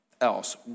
else